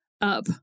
up